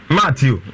Matthew